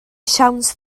siawns